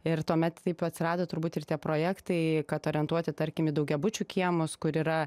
ir tuomet taip atsirado turbūt ir tie projektai kad orientuoti tarkim į daugiabučių kiemus kur yra